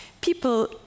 people